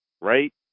Right